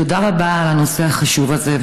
תודה רבה על הנושא החשוב הזה,